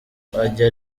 ajya